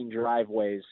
driveways